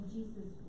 Jesus